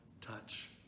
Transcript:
touch